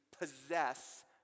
possess